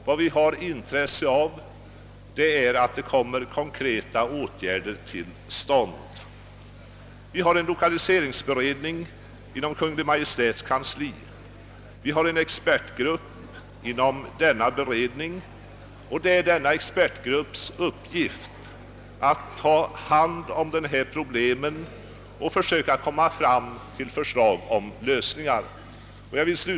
Vad vi har intresse av är att konkreta åtgärder vidtas. Det finns en lokaliseringsberedning inom Kungl. Maj:ts kansli. Inom denna beredning finns en expertgrupp, och det är denna expert grupps uppgift att försöka komma fram till förslag till lösningar av dessa problem.